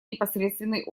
непосредственный